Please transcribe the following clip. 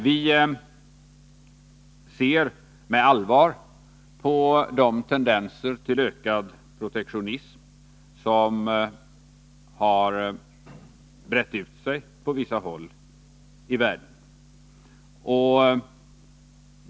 Vi ser med allvar på de tendenser till ökad protektionism som har brett ut sig på vissa håll i världen.